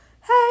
Hey